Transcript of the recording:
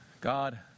God